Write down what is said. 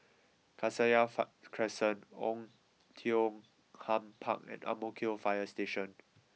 Cassia fine Crescent Oei Tiong Ham Park and Ang Mo Kio Fire Station